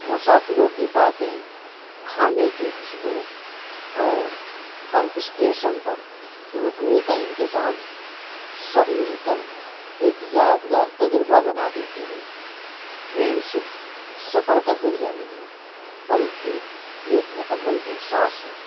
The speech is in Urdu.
مسافروں کی باتیں کھانے کی خوشبو اور ہر اسٹیشن پر رکنے کا انتظام سب مل کر ایک یادگار تجربہ بنا دیتے ہیں ٹرین صرف سفر کا ذریعہ نہیں بلکہ ایک مکمل احساس ہے